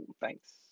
thanks